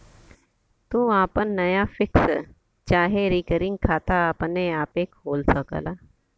तू आपन नया फिक्स चाहे रिकरिंग खाता अपने आपे खोल सकला